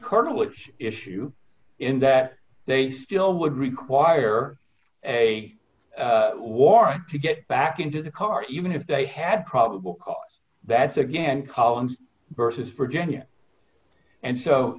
it's issue in that they still would require a warrant to get back into the car even if they had probable cause that's again collins versus virginia and so